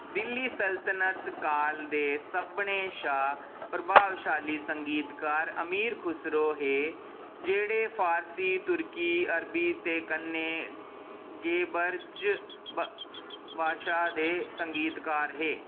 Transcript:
दिल्ली सल्तनत काल दे सभनें शा प्रभावशाली संगीतकार अमीर खुसरो हे जेह्ड़े फारसी तुर्की अरबी ते कन्नै गै ब्रज भाशा दे संगीतकार हे